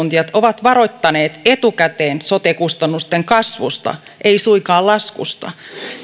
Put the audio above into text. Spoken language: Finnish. ovat varoittaneet etukäteen sote kustannusten kasvusta ei suinkaan laskusta